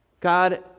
God